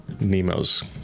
Nemo's